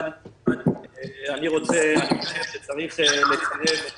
דבר אחד, צריך לצרף את